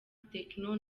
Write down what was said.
techno